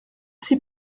six